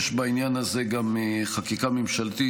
יש בעניין הזה גם חקיקה ממשלתית,